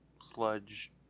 sludge